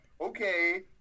Okay